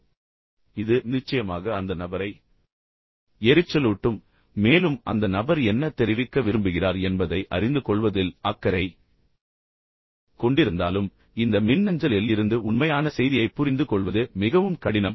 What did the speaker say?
எனவே இது நிச்சயமாக அந்த நபரை எரிச்சலூட்டும் மேலும் அந்த நபர் என்ன தெரிவிக்க விரும்புகிறார் என்பதை அறிந்து கொள்வதில் அக்கறை கொண்டிருந்தாலும் இந்த மின்னஞ்சலில் இருந்து உண்மையான செய்தியைப் புரிந்துகொள்வது மிகவும் கடினம்